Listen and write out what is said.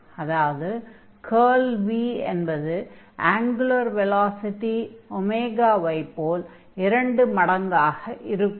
அதாவது curl v என்பது angular velocity ஐ போல் இரண்டு மடங்காக இருக்கும்